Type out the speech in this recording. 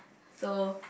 so